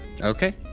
Okay